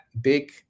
big